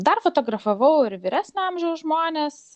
dar fotografavau ir vyresnio amžiaus žmones